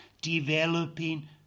developing